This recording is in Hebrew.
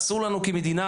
אסור לנו כמדינה,